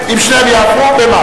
אם שתיהן יעברו תהיה